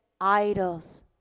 idols